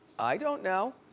i don't know.